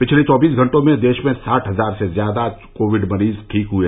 पिछले चौबीस घंटो में देश में साठ हजार से ज्यादा कोविड मरीज ठीक हुए